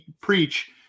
preach